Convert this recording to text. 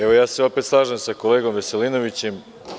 Evo ja se opet slažem sa kolegom Veselinovićem.